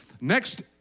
Next